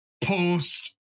post